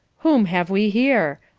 whom have we here?